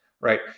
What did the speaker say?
right